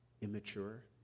Immature